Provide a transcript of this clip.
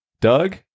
Doug